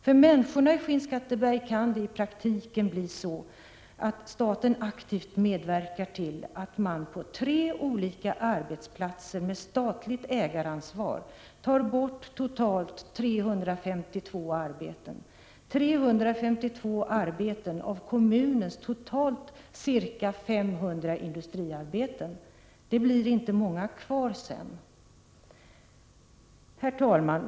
För människorna i Skinnskatteberg kan det i praktiken bli så att staten aktivt medverkar till att man på tre olika arbetsplatser med statligt ägaransvar tar bort totalt 352 arbeten av kommunens totalt 500 industriarbeten. Det blir inte många kvar sedan. Herr talman!